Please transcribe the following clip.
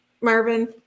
marvin